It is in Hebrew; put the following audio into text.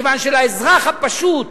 מכיוון שלאזרח הפשוט,